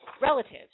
relative